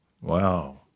Wow